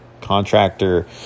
contractor